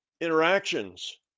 interactions